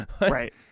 Right